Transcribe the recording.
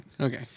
Okay